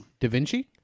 DaVinci